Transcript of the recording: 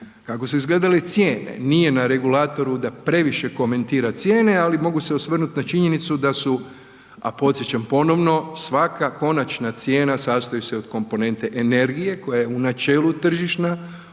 Kako su izgledale cijene, nije na regulatoru da previše komentira cijene, ali mogu se osvrnut na činjenicu da su, a podsjećam ponovno, svaka konačna cijena sastoji se od komponente energije koja je u načelu tržišna,